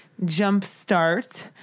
jumpstart